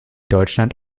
deutschland